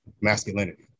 masculinity